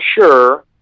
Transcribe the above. sure